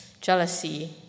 jealousy